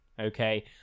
okay